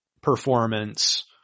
performance